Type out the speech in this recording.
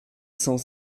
cent